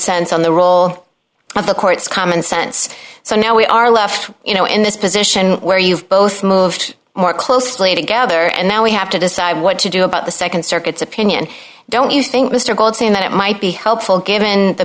sense on the role of the courts common sense so now we are left you know in this position where you've both moved more closely together and now we have to decide what to do about the nd circuit's opinion don't you think mr goldstein that it might be helpful given the